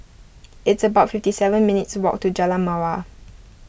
it's about fifty seven minutes' walk to Jalan Mawar